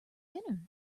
dinner